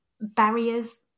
barriers